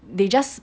they just